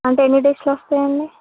అంటే ఎన్ని డేస్లో వస్తుంది అండి